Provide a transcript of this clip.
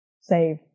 Save